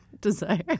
desire